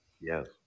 Yes